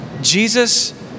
Jesus